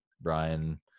Brian